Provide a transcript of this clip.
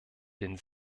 denn